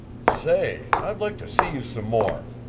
say, i'd like to see you some more.